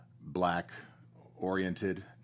black-oriented